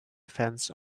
fence